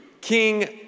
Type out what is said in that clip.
King